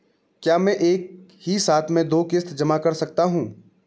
क्या मैं एक ही साथ में दो किश्त जमा कर सकता हूँ?